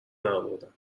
درآوردم